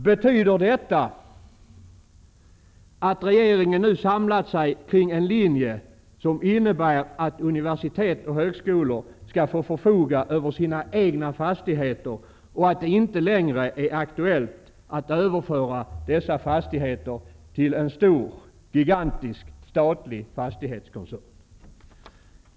Betyder detta att regeringen nu samlat sig kring en linje som innebär att universitet och högskolor skall få förfoga över sina egna fastigheter och att det inte längre är aktuellt att överföra dessa fastigheter till en gigantisk, statlig fastighetskoncern?